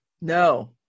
No